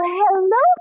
hello